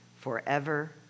forever